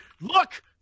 look